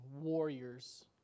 warriors